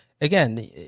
again